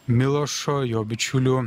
milošo jo bičiulių